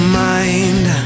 mind